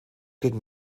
gegen